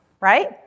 Right